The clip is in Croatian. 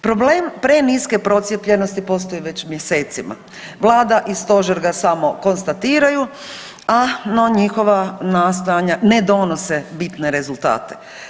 Problem preniske procijepljenosti postoji već mjesecima, vlada i stožer ga samo konstatiraju, a no njihova nastojanja ne donose bitne rezultate.